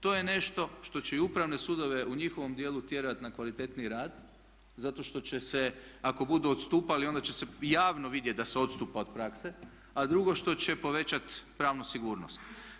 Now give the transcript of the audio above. To je nešto što će i upravne sudove u njihovom dijelu tjerati na kvalitetniji rad zato što će se ako budu odstupali onda će se javno vidjeti da se odstupa od prakse a drugo što će povećati pravnu sigurnost.